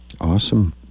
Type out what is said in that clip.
Awesome